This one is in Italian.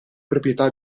proprietà